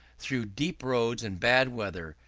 through deep roads and bad weather,